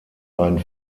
ein